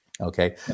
okay